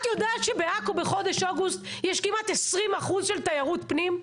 את יודעת שבעכו בחודש אוגוסט יש כמעט 20% של תיירות פנים?